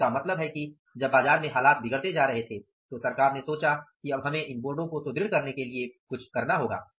तो इसका मतलब है कि जब बाजार में हालात बिगड़ते जा रहे थे तो सरकार ने सोचा कि अब हमें इन बोर्डों को सुदृढ़ करने के लिए कुछ करना होगा